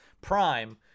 prime